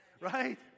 right